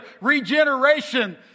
regeneration